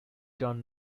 done